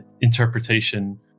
interpretation